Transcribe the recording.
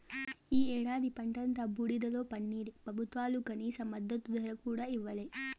ఈ ఏడాది పంట అంతా బూడిదలో పన్నీరే పెబుత్వాలు కనీస మద్దతు ధర కూడా ఇయ్యలే